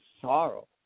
sorrow